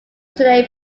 today